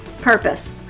purpose